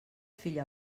fill